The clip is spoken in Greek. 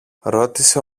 ρώτησε